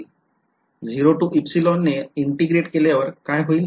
0 to ने integrate केल्यावर काय होईल